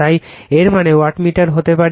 তাই এর মানে ওয়াটমিটার হতে পারে